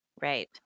Right